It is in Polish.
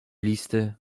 listy